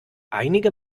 einige